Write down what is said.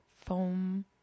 foam